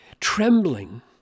trembling